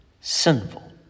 sinful